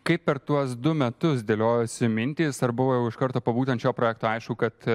kaip per tuos du metus dėliojosi mintys ar buvo jau iš karto po būtent šio projekto aišku kad